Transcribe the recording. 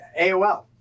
AOL